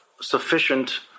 sufficient